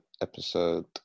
episode